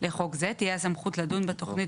בחלק השני זה מה שגמרתי כרגע לדבר מהבטן שלי.